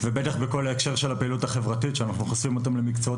ובטח בהקשר של כל הפעילות החברתית שאנחנו חושפים אותם למקצועות